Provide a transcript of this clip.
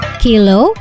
kilo